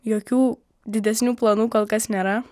jokių didesnių planų kol kas nėra